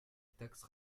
taxe